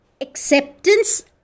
acceptance